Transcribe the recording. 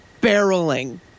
barreling